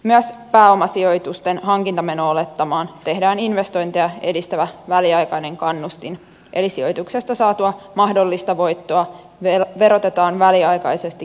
myös pääomasijoitusten hankintameno olettamaan tehdään investointeja edistävä väliaikainen kannustin eli sijoituksesta saatua mahdollista voittoa verotetaan väliaikaisesti kevyemmin